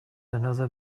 another